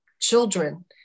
children